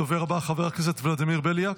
הדובר הבא, חבר הכנסת ולדימיר בליאק,